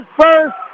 first